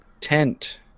tent